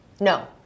No